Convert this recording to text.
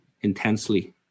intensely